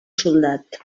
soldat